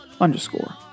underscore